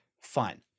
fine